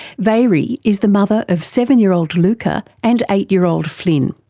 veary is the mother of seven year old luca, and eight year old flynn.